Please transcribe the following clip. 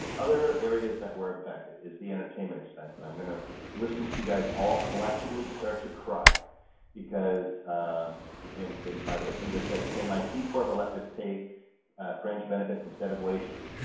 other areas that were affected is the entertainment expense and i'm going to listen to you guys all collectively start to cry because and by the way somebody just said can my c-corp elective pay fringe benefits instead of wages?